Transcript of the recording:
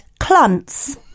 clunts